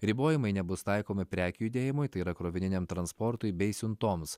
ribojimai nebus taikomi prekių judėjimui tai yra krovininiam transportui bei siuntoms